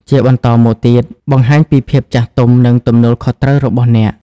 ជាបន្តមកទៀត បង្ហាញពីភាពចាស់ទុំ និងទំនួលខុសត្រូវរបស់អ្នក។